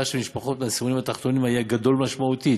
של משפחות מהעשירונים התחתונים היה גדול משמעותית